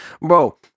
bro